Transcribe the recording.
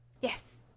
Yes